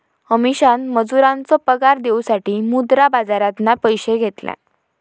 अमीषान मजुरांचो पगार देऊसाठी मुद्रा बाजारातना पैशे घेतल्यान